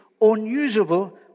unusable